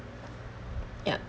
ya